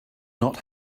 not